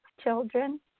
children